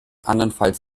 andernfalls